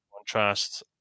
contrast